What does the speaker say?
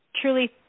truly